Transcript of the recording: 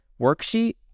worksheet